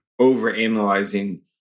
overanalyzing